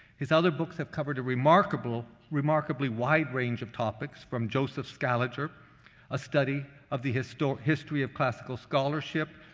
his other books have covered a remarkable. remarkably wide range of topics, from joseph scaliger a study of the history history of classical scholarship,